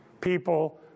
people